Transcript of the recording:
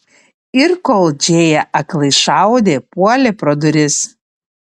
ir kol džėja aklai šaudė puolė pro duris